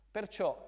Perciò